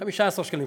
15 שקלים.